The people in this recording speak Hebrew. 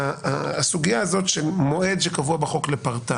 הסוגייה הזאת של המועד שקבוע בחוק לפרטה